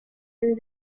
and